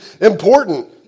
important